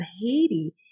Haiti